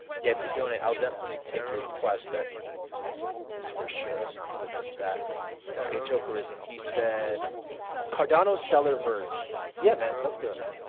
yeah, if you donate i'll definitely take your request that is for sure i'm not gonna miss that okay joker ism he said cardano's stellar verge yeah, man. let's do it, man.